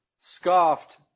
scoffed